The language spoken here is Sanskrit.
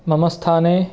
मम स्थाने